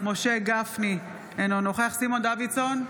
משה גפני, אינו נוכח סימון דוידסון,